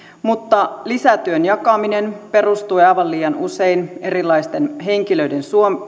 mutta lisätyön jakaminen perustui aivan liian usein erilaisten henkilöiden